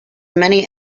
many